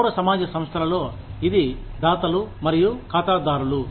పౌర సమాజ సంస్థలలో ఇది దాతలు మరియు ఖాతాదారులు